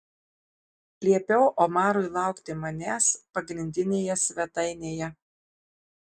liepiau omarui laukti manęs pagrindinėje svetainėje